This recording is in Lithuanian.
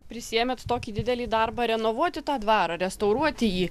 prisiėmėt tokį didelį darbą renovuoti tą dvarą restauruoti jį